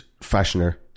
fashioner